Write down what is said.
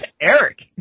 Eric